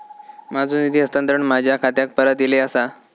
माझो निधी हस्तांतरण माझ्या खात्याक परत इले आसा